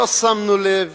לא שמנו לב